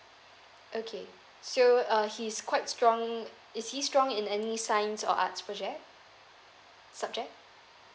okay so uh he's quite strong is he strong in any science or arts project subject